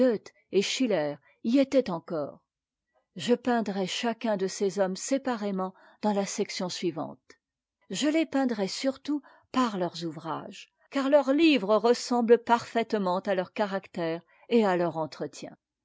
y étaient encore je peindrai chacun de ces hommes séparément dans la section suivante je les peindrai surtout par leurs ouvrages car leurs livres ressemblent parfaitement à leur caractère et à leur entretien